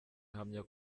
ahamya